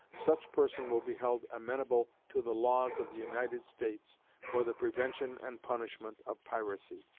such person will be held amenable to the laws of the united states for the prevention and punishment of piracy.